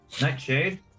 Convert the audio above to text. nightshade